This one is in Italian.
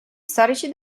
storici